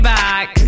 back